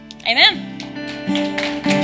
Amen